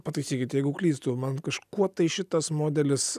pataisykit jeigu klystu man kažkuo tai šitas modelis